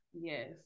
yes